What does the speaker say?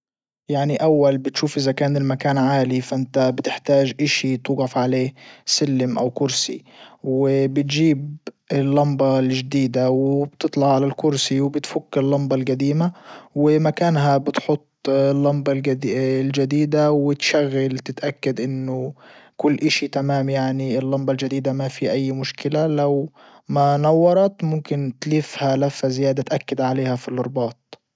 يعني اول بتشوف ازا كان المكان عالي فانت بتحتاج اشي توجف عليه سلم او كرسي وبتجيب اللمبة الجديدة وبتطلع على الكرسي وبتفك اللمبة الجديمة ومكانها بتحط اللمبة الجديدة وتشغل تتأكد انه كل اشي تمام يعني اللمبة الجديدة ما في اي مشكلة لو ما نورت ممكن تلفها لفة زيادة تأكد عليها في الرباط.